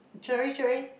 throw this away